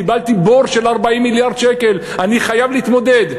קיבלתי בור של 40 מיליארד שקל, אני חייב להתמודד.